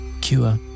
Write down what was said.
cure